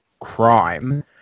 crime –